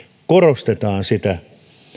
korostetaan sitä